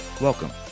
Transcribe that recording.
welcome